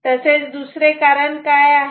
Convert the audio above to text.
तसेच दुसरे कारण काय आहे